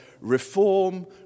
reform